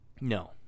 No